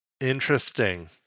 Interesting